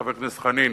חבר הכנסת חנין,